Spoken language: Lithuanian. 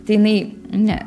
tai jinai ne